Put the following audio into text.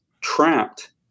trapped